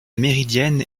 méridienne